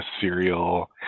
cereal